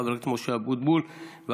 חבר הכנסת משה אבוטבול, בבקשה.